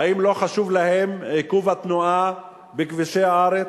האם לא חשוב להם עיכוב התנועה בכבישי הארץ?